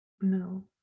No